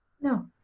No